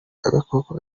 agakoko